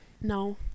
No